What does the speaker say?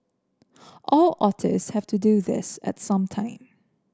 all otters have to do this at some time